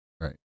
Right